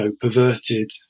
perverted